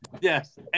Yes